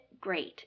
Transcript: great